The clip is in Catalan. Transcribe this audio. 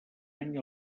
any